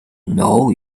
know